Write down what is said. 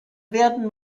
werden